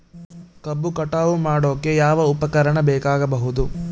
ಕಬ್ಬು ಕಟಾವು ಮಾಡೋಕೆ ಯಾವ ಉಪಕರಣ ಬೇಕಾಗಬಹುದು?